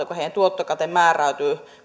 kun niiden tuottokate määräytyy